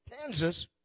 Kansas